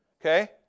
Okay